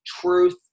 truth